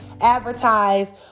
advertise